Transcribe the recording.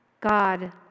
God